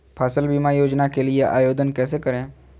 फसल बीमा योजना के लिए आवेदन कैसे करें?